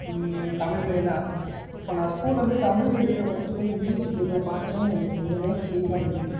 Tamil medium தான் இப்போ நான் ஸ்கூல் வந்து தமிழ் மீடியத்தில் படிச்சுட்டு போய் இங்கிலீஷ் மீடியத்தில் பாக்கிறேன் எனக்கு ஒன்றுமே புரிய மாட்டேங்கிது